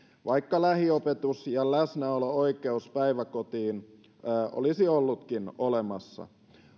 vaikka lähiopetus ja läsnäolo oikeus päiväkotiin olisivatkin olleet olemassa